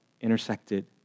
intersected